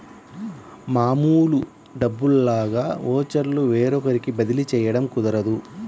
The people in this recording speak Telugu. మామూలు డబ్బుల్లాగా ఓచర్లు వేరొకరికి బదిలీ చేయడం కుదరదు